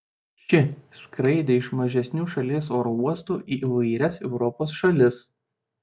ši skraidė iš mažesnių šalies oro uostų į įvairias europos šalis